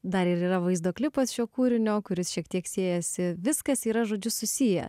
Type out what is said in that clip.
dar ir yra vaizdo klipas šio kūrinio kuris šiek tiek siejasi viskas yra žodžiu susiję